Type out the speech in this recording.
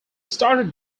started